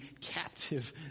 captive